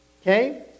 Okay